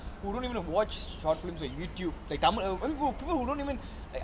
who don't even watch short films on YouTube people who don't even like